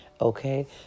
Okay